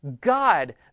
god